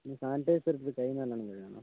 sanitiser ഇട്ട് കൈ നല്ലോണം കഴുകണം